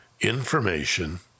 information